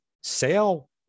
Sale